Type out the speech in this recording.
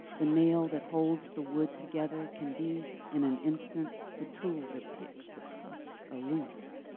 the nail that holds the wood together can be in an instant the tool that picks the cuffs aloose.